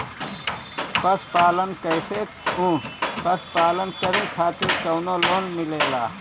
पशु पालन करे खातिर काउनो लोन मिलेला?